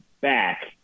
back